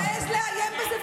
שמעז לאיים בזה,